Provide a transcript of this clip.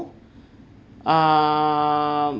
um